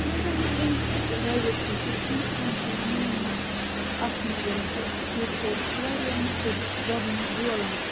یۄس زَن یہِ لِنٛگوِسٹِک ڈایؤرسِٹی چھِ ہِنٛدوستان چھِ یِوان ماننہٕ اَتھ منٛز کہِ ییٚتہِ چھِ یِوان واریاہ مختلف زَبٲنۍ بولنہٕ